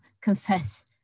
confess